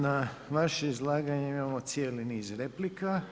Na vaše izlaganje imamo cijeli niz replika.